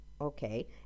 Okay